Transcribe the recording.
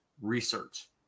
research